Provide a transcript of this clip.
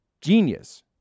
genius